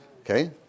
Okay